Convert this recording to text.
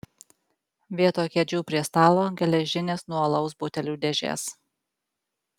vietoj kėdžių prie stalo geležinės nuo alaus butelių dėžės